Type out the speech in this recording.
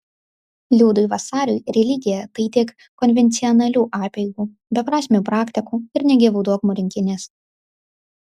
liudui vasariui religija tai tik konvencionalių apeigų beprasmių praktikų ir negyvų dogmų rinkinys